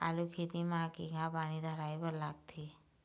आलू खेती म केघा पानी धराए बर लागथे?